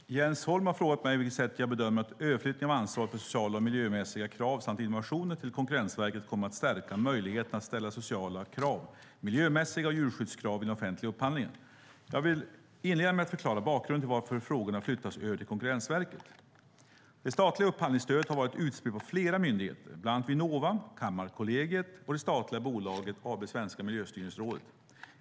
Herr talman! Jens Holm har frågat mig på vilket sätt jag bedömer att överflyttningen av ansvaret för sociala och miljömässiga krav samt innovationer till Konkurrensverket kommer att stärka möjligheterna att ställa sociala krav, miljömässiga krav och djurskyddskrav i den offentliga upphandlingen. Jag vill inleda med att förklara bakgrunden till att frågorna flyttas över till Konkurrensverket. Det statliga upphandlingsstödet har varit utspritt på flera myndigheter, bland annat Vinnova, Kammarkollegiet och det statliga bolaget AB Svenska Miljöstyrningsrådet.